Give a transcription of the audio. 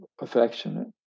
affectionate